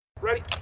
Ready